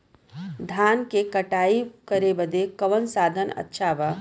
धान क कटाई करे बदे कवन साधन अच्छा बा?